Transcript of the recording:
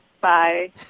Bye